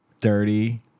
Dirty